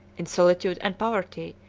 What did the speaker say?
in solitude and poverty,